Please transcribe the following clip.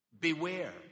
beware